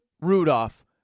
Rudolph